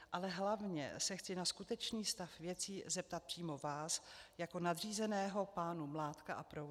Ale hlavně se chci na skutečný stav věcí zeptat přímo vás jako nadřízeného pánů Mládka a Prouzy.